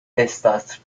estas